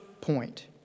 point